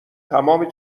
تمام